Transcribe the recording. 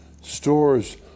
stores